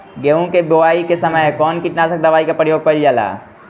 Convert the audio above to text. गेहूं के बोआई के समय कवन किटनाशक दवाई का प्रयोग कइल जा ला?